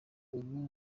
ubu